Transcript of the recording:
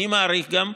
אני מעריך גם,